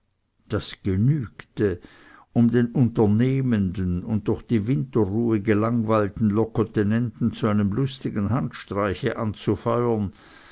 das genügte um den unternehmenden und durch die winterruhe gelangweilten locotenenten zu einem lustigen handstreiche anzufeuern